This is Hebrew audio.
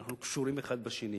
ואנחנו קשורים האחד בשני,